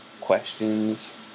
questions